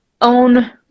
own